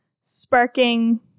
sparking